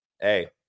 hey